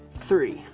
three.